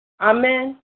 Amen